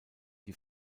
die